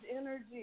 energy